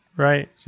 Right